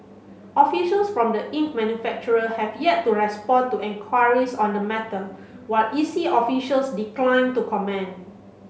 officials from the ink manufacturer have yet to respond to enquiries on the matter while E C officials declined to comment